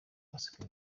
baseke